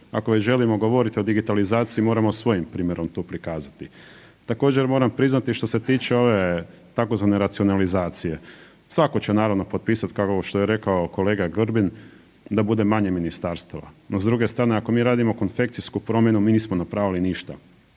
Ako već želimo govoriti o digitalizaciji moramo svojim primjerom to prikazati. Također moram priznati što se tiče ove tzv. racionalizacije, svako će naravno potpisat, kao što je rekao kolega Grbin da bude manje ministarstava. No, s druge strane ako mi radimo konfekcijsku promjenu, mi nismo napravili ništa.